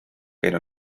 pero